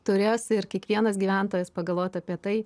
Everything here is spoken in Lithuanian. turės ir kiekvienas gyventojas pagalvoti apie tai